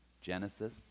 Genesis